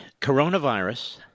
coronavirus